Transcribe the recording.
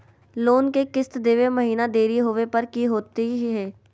Loan के किस्त देवे महिना देरी होवे पर की होतही हे?